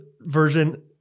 version